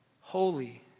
Holy